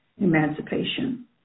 emancipation